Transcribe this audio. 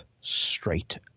straight